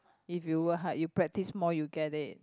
if you work hard you practise more you get it